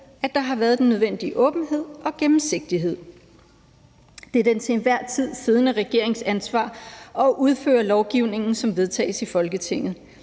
de sker – har været den nødvendige åbenhed og gennemsigtighed. Det er den til enhver tid siddende regerings ansvar at udføre lovgivningen, som vedtages i Folketinget.